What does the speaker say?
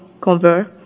convert